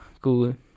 cool